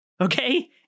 okay